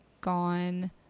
gone